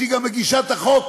שהיא גם מגישת החוק,